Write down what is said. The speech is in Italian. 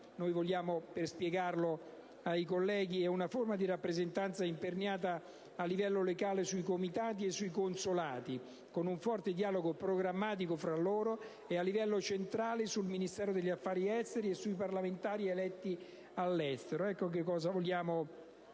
- vogliamo spiegare ai colleghi - è una rappresentanza imperniata a livello locale sui Comitati e sui consolati, con un forte dialogo programmatico fra loro, e a livello centrale sul Ministero degli affari esteri e sui parlamentari eletti all'estero. Ecco cosa vogliamo